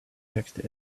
text